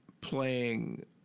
playing